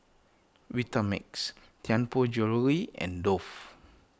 Vitamix Tianpo Jewellery and Dove